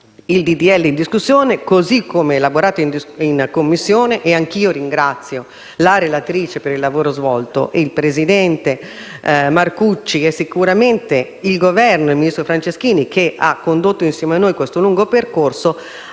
legge in discussione, come elaborato in Commissione - anche io ringrazio la relatrice per il lavoro svolto, il presidente Marcucci, il Governo e il Ministro Franceschini, che ha condotto insieme a noi questo lungo percorso